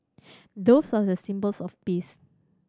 doves are the symbols of peace